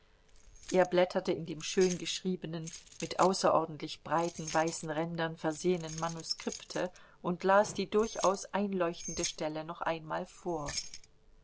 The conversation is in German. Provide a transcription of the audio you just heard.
er blätterte in dem schön geschriebenen mit außerordentlich breiten weißen rändern versehenen manuskripte und las die durchaus einleuchtende stelle noch einmal vor